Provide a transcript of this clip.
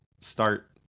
start